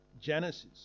Genesis